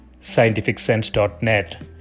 scientificsense.net